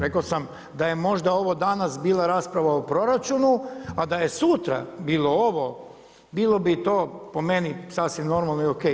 Rekao sam da je možda ovo danas bila rasprava o proračunu, a da je sutra bilo ovo, bilo bi to po meni sasvim normalno i ok.